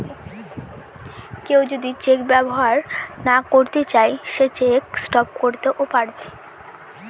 কেউ যদি চেক ব্যবহার না করতে চাই সে চেক স্টপ করতে পারবে